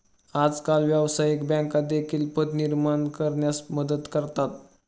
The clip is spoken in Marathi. आजकाल व्यवसायिक बँका देखील पत निर्माण करण्यास मदत करतात